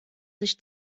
sich